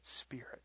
Spirit